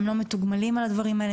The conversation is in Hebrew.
הם לא מתוגמלים על כל הדברים האלה,